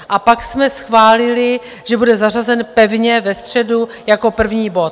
A pak jsme schválili, že bude zařazen pevně ve středu jako první bod.